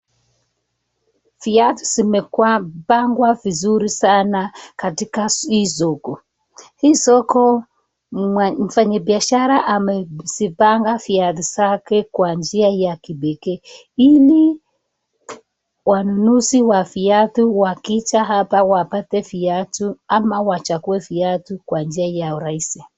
Viatu zimepangwa vizuri sana katika hii soko ,hii soko mfanyibiashara amezipanga viatu zake kwa njia ya kipekee ili wanunuzi wa viatu wakija hapa wapate viatu ama wachague viatu kwa njia ya urahisi.